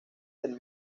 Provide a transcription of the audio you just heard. del